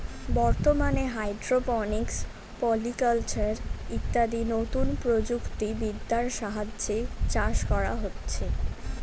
বর্তমানে hydroponics, polyculture ইত্যাদি নতুন প্রযুক্তি বিদ্যার সাহায্যে চাষ করা হচ্ছে